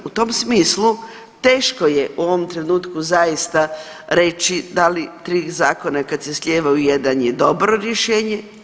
U tom smislu teško je u ovom trenutku zaista reći da li tri zakona kada se slijevaju u jedan je dobro rješenje.